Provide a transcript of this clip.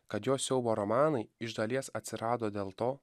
kad jo siaubo romanai iš dalies atsirado dėl to